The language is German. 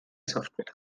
software